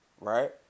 Right